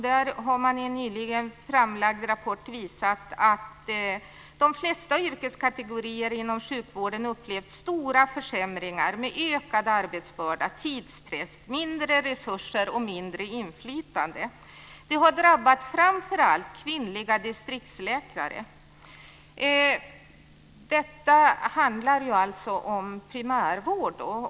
Där har man i en nyligen framlagd rapport visat att de flesta yrkeskategorier inom sjukvården upplevt stora försämringar med ökad arbetsbörda, tidspress, mindre resurser och mindre inflytande. Det har drabbat framför allt kvinnliga distriktsläkare. Detta handlar alltså om primärvård.